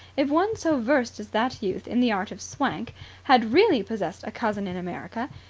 if one so versed as that youth in the art of swank had really possessed a cousin in america,